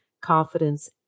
Confidence